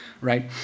right